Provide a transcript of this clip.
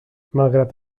malgrat